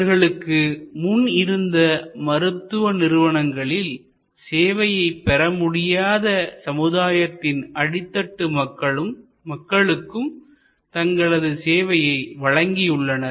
இவர்களுக்கு முன் இருந்த மருத்துவ நிறுவனங்களில் சேவையை பெற முடியாத சமுதாயத்தின் அடித்தட்டு மக்களுக்கும் தங்களது சேவையை வழங்கியுள்ளனர்